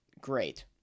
great